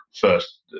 first